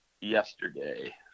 yesterday